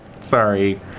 Sorry